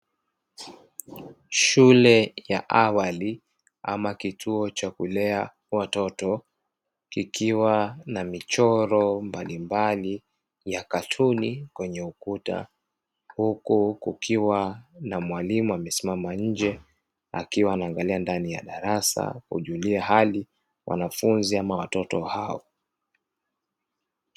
Shule ya awali ama kituo cha kulea watoto, kikiwa na michoro mbalimbali ya katuni kwenye ukuta, huku kukiwa na mwalimu amesimama nje akiwa anaangalia ndani ya darsa, kujulia hali wanafunzi ama watoto hao.